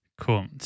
Cool